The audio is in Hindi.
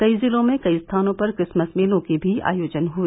कई जिलों में कई स्थानों पर क्रिसमस मेलों के भी आयोजन हुए